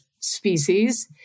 species